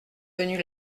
venus